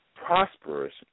prosperous